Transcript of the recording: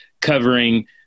covering